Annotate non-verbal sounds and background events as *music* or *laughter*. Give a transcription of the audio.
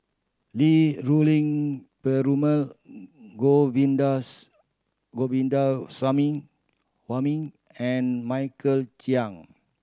Li Rulin Perumal *unintelligible* and Michael Chiang